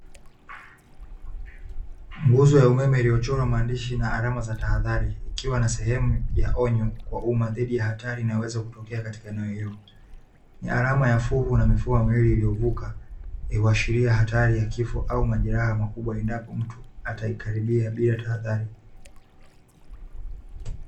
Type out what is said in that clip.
Nguzo ya umeme iliyochorwa maandishi na alama za tahadhari, ikiwa na sehemu ya onyo kwa uma dhidi ya hatari inayoweza kutokea katika eneo hili. Ni alama ya fuvu mifupa miwili iliyovuka, ikiashiria hatari ya kifo au majeraha makubwa endapo mtu ataikaribia bila tahadhari.